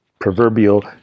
proverbial